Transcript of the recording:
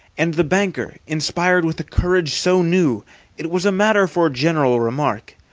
and the banker, inspired with a courage so new it was matter for general remark,